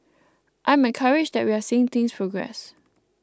I'm encouraged that we're seeing things progress